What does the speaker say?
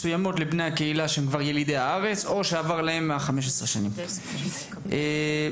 בני הקהילה שהם ילידי הארץ או שעברו 15 שנות הסיוע האמור.